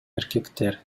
эркектер